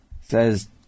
says